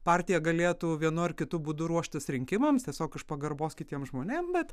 partija galėtų vienu ar kitu būdu ruoštis rinkimams tiesiog iš pagarbos kitiem žmonėm bet